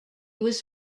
was